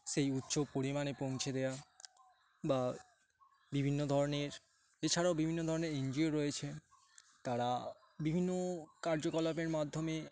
সেই উচ্চ পরিমাণে পৌঁছে দেওয়া বা বিভিন্ন ধরনের এছাড়াও বিভিন্ন ধরনের এন জি ও রয়েছে তারা বিভিন্ন কার্যকলাপের মাধ্যমে